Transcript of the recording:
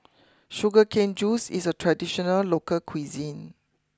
Sugar Cane juice is a traditional local cuisine